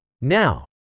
Now